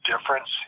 difference